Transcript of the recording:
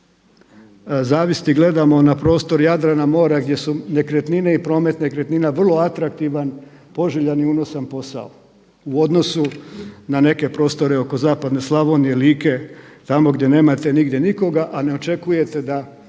zavisti. Gledamo na prostor Jadrana, mora gdje su nekretnine i promet nekretnina vrlo atraktivan, poželjan i unosan posao u odnosu na neke prostore oko Zapadne Slavonije, Like tamo gdje nemate nigdje nikoga, a ne očekujete da